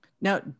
Now